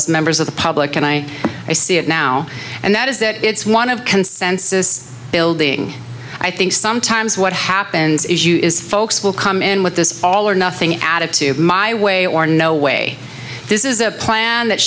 as members of the public and i i see it now and that is that it's one of consensus building i think sometimes what happens is you is folks will come in with this all or nothing attitude my way or no way this is a plan that